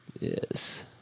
Yes